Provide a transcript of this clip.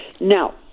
Now